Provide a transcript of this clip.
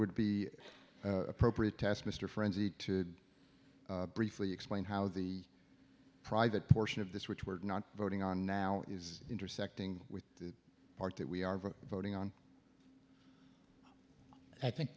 would be appropriate to ask mr frenzy to briefly explain how the private portion of this which we're not voting on now is intersecting with the part that we are voting on i think